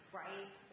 right